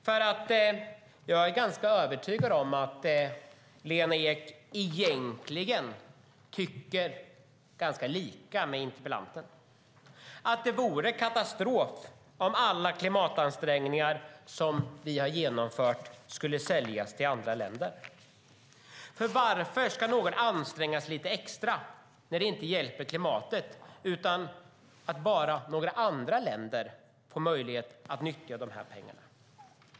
Jag är nämligen ganska övertygad om att Lena Ek egentligen tycker ungefär likadant som interpellanten, alltså att det vore en katastrof om alla klimatansträngningar som vi har genomfört så att säga skulle säljas till andra länder. Varför ska någon anstränga sig lite extra när det inte hjälper klimatet utan bara leder till att några andra länder får möjlighet att nyttja dessa pengar?